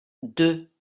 deux